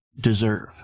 deserve